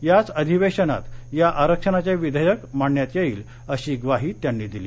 याच अधिवेशनात या आरक्षणाचे विधेयक मांडण्यात येईल अशी ग्वाही त्यांनी दिली